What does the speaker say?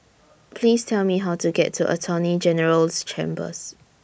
Please Tell Me How to get to Attorney General's Chambers